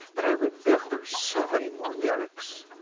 but i remember so many more lyrics.